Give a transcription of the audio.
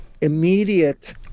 immediate